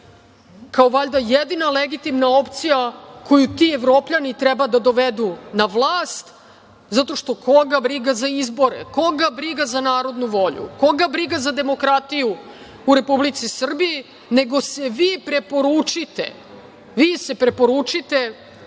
kao, valjda, jedina legitimna opcija koju ti Evropljani treba da dovedu na vlast, zato što koga briga za izbore, koga briga za narodnu volju, koga briga za demokratiju u Republici Srbiji, nego se vi preporučite. Vi se preporučite